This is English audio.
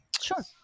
sure